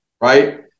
Right